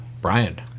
Brian